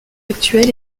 actuelle